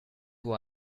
who